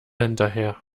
hinterher